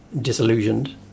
disillusioned